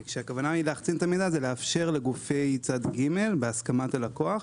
כלומר לאפשר לגופי צד ג' בהסכמת הלקוח,